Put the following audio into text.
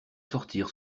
sortir